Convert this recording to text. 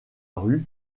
rue